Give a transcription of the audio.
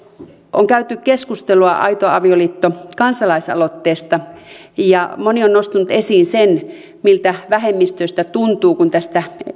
on käyty keskustelua aito avioliitto kansalaisaloitteesta ja moni on nostanut esiin sen miltä vähemmistöistä tuntuu kun tästä